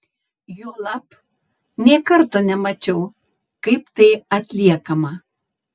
juolab nė karto nemačiau kaip tai atliekama